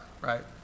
right